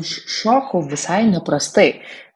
aš šokau visai neprastai